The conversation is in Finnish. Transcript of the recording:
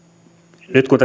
nyt kun